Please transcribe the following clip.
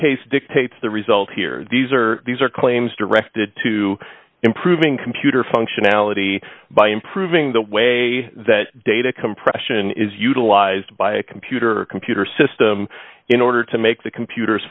case dictates the result here these are these are claims directed to improving computer functionality by improving the way that data compression is utilized by a computer computer system in order to make the computer